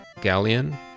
Galleon